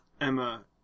emma